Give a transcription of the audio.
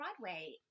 Broadway